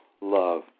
love